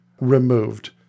removed